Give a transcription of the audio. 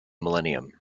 millennium